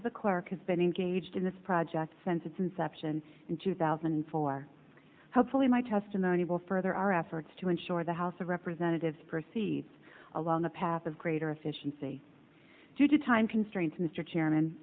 of the clerk is beneath gaged in this project since its inception in two thousand and four hopefully my testimony will further our efforts to ensure the house of representatives proceeds along a path of greater efficiency due to time constraints mr chairman